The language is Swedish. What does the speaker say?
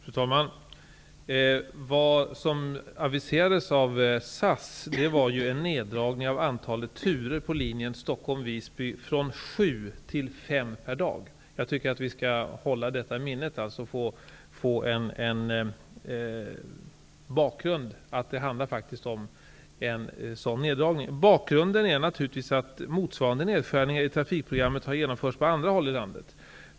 Fru talman! Vad som aviserades av SAS var en neddragning av antalet turer på linjen Stockholm-- Visby från sju till fem per dag. Jag tycker att vi skall hålla detta i minnet. Det är denna neddragning det handlar om. Bakgrunden är naturligtvis att motsvarande nedskärningar i trafikprogrammet har genomförts på andra håll i landet.